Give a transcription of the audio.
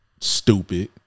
Stupid